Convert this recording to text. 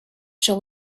shall